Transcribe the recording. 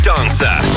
Dancer